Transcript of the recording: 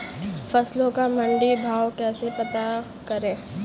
फसलों का मंडी भाव कैसे पता करें?